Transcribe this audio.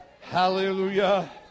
Hallelujah